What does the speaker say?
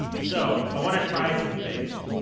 so i want to try some things.